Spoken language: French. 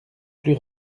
plus